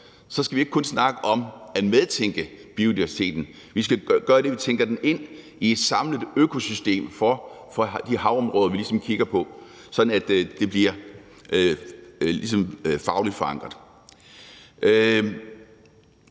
skal vi ikke kun snakke om at medtænke biodiversiteten. Vi skal gøre det, at vi tænker den ind i et samlet økosystem for de havområder, vi ligesom kigger på, sådan at det bliver fagligt forankret.